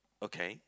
okay